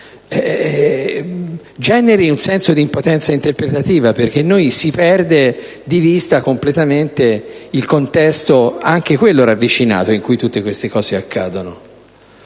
generi un senso di impotenza interpretativa, perché si perde di vista completamente il contesto, anche quello ravvicinato, in cui tutte queste cose accadono.